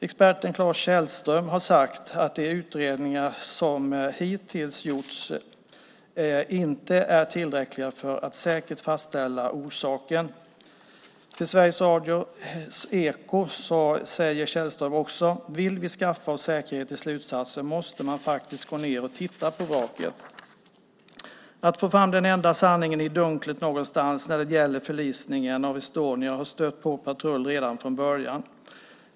Experten Claes Källström har sagt att de utredningar som hittills har gjorts inte är tillräckliga för att säkert fastställa orsaken. Till Sveriges Radios Eko säger Källström: Vill vi skaffa oss säkerhet i slutsatser måste man faktiskt gå ned och titta på vraket. Att få fram den enda sanningen i dunklet någonstans när det gäller förlisningen av Estonia har stött på patrull redan från början.